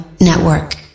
Network